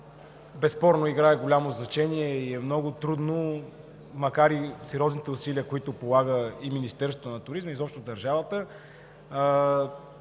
безспорно играе голямо значение и е много трудно, въпреки сериозните усилия, които полага и Министерството на туризма, и изобщо държавата.